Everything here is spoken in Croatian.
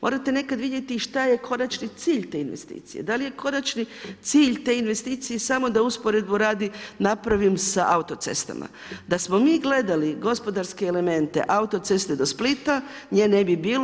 Morate nekada vidjeti i šta je konačni cilj te investicije, da li je konačni cilj te investicije samo da usporedbu radi napravim sa autocestama, da smo mi gledali gospodarske elemente autoceste do Splita nje ne bi bilo.